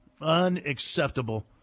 Unacceptable